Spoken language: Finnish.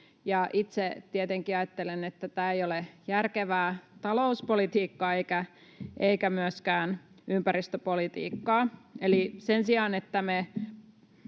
Itse tietenkin ajattelen, että tämä ei ole järkevää talouspolitiikkaa eikä myöskään ympäristöpolitiikkaa. Eli sen sijaan, että